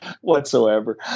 whatsoever